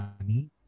money